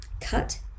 Cut